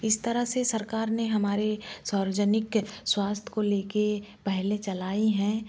इस तरह से सरकार ने हमारे सार्वजनिक स्वास्थ को ले के पहलें चलाई हैं